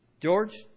George